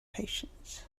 patience